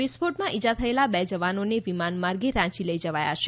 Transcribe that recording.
વિસ્ફોટમાં ઈજા થયેલા બે જવાનોને વિમાન મારગે રાંચી લઈ જવાયા છે